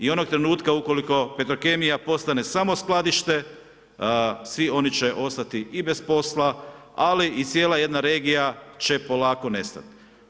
I onog trenutka, ukoliko petrokemija postane samo skladište, svi oni će ostati i bez posla, ali i cijela jedna regija će polako nestati.